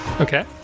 Okay